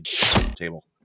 table